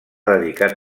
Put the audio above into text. dedicar